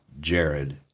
Jared